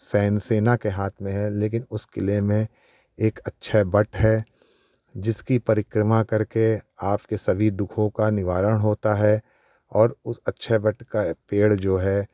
सैन्य सेना के हाथ में है लेकिन उस किले में एक अक्षय वट है जिसकी परिक्रमा करके आपके सभी दुःखों का निवारण होता है और अक्षय वट का पेड़ जो है